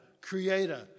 creator